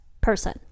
person